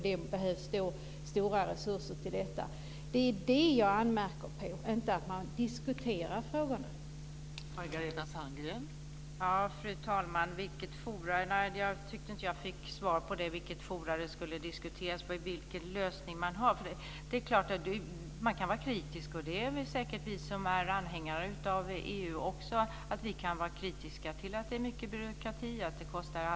Det behövs stora resurser till detta.